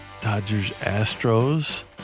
Dodgers-Astros